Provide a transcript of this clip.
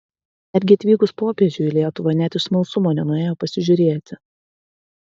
netgi atvykus popiežiui į lietuvą net iš smalsumo nenuėjo pasižiūrėti